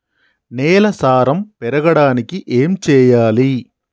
నేల సారం పెరగడానికి ఏం చేయాలి?